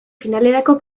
finalerako